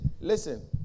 listen